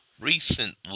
recently